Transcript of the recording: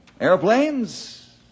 Airplanes